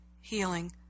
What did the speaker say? healing